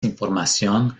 información